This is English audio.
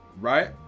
right